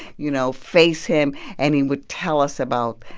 you know, face him. and he would tell us about